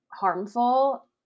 Harmful